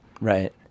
Right